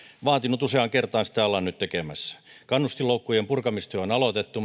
vaatinut useaan kertaan ja sitä ollaan nyt tekemässä kannustinloukkujen purkamistyö on aloitettu